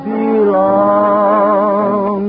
belong